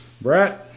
Brett